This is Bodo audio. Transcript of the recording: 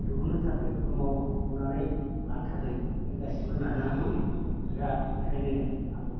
दिहुननो थाखाय मा मावनानै लानो थाखाय जों गासैबो नाजानांगौ दा बेखायनो आं